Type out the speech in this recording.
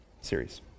Series